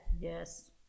Yes